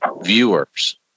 viewers